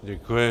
Děkuji.